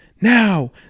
Now